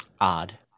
odd